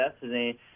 destiny